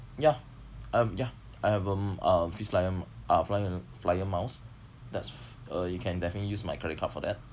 ya I have ya I have um uh krisflyer m~ uh flyer flyer miles that's uh you can definitely use my credit card for that